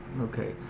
okay